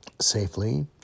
safely